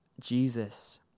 Jesus